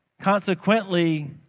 Consequently